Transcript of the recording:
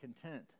content